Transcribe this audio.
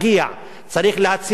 לא, איך אומרים?